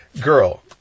girl